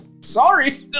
sorry